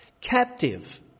captive